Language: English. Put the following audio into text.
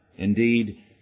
Indeed